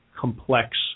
complex